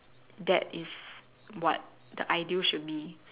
that is what the ideal should be